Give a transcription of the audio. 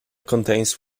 contains